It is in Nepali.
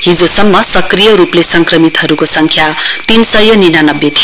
हिजोसम्म सक्रिय रुपले संक्रमितहरुको संख्या तीनसय निनानब्बे थियो